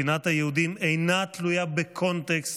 שנאת היהודים אינה תלויה בקונטקסט,